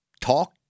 talk